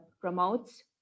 promotes